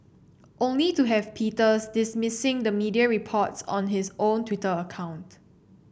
only to have Peters dismissing the media reports on his own Twitter account